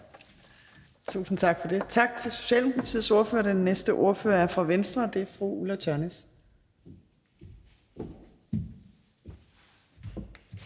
så tak til Socialdemokratiets ordfører. Den næste ordfører er fra Venstre. Fru Ulla Tørnæs,